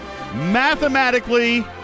Mathematically